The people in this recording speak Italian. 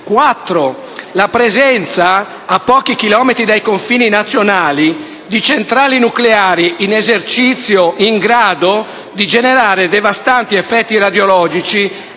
la presenza a pochi chilometri dai confini nazionali di centrali nucleari in esercizio, in grado di generare devastanti effetti radiologici